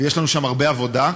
ויש לנו שם הרבה עבודה.